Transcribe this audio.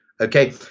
okay